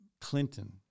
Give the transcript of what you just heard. Clinton